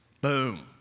Boom